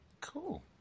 Cool